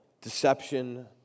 deception